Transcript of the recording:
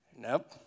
Nope